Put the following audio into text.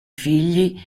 figli